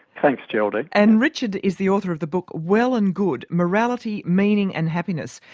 thanks, geraldine. and richard is the author of the book, well and good morality, meaning and happiness.